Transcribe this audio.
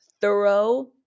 thorough